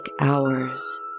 hours